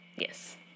Yes